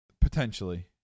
potentially